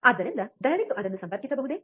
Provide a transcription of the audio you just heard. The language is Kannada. ಆದ್ದರಿಂದ ದಯವಿಟ್ಟು ಅದನ್ನು ಸಂಪರ್ಕಿಸಬಹುದೇ